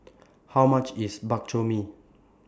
How much IS Bak Chor Mee